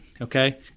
okay